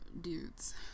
dudes